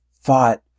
fought